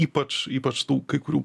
ypač ypač tų kai kurių